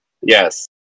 Yes